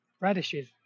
radishes